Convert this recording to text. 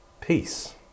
peace